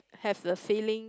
have the feeling